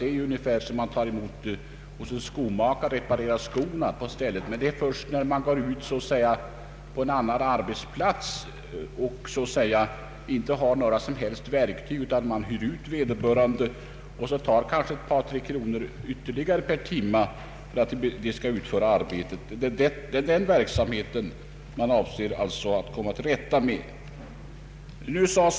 Det är ungefär som när en skomakare tar emot skor för reparation på stället. Det är först när skrivbyråns personal tjänstgör på en annan arbetsplats och så att säga inte har några egna verktyg, utan man hyr ut vederbörande och tar ett par tre kronor ytterligare per timme, som det blir fråga om sådan verksamhet som vi avser att komma till rätta med.